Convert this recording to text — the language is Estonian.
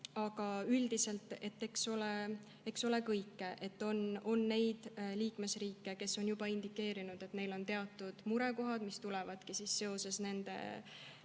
Aga üldiselt eks ole kõike. On neid liikmesriike, kes on juba indikeerinud, et neil on teatud murekohad, mis tulenevad nende